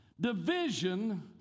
division